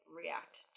react